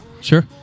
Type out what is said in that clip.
Sure